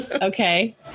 Okay